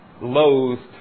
Loathed